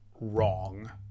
wrong